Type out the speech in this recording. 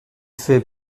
fait